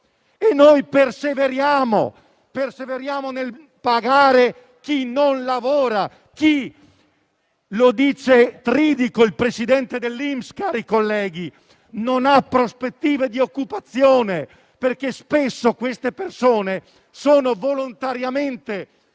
E noi perseveriamo nel pagare chi non lavora, chi - lo dice il presidente dell'INPS Tridico, cari colleghi - non ha prospettive di occupazione! Spesso queste persone sono volontariamente